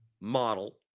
model